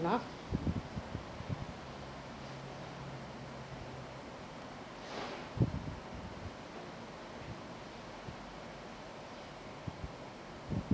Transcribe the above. enough